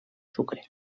sucre